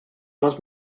les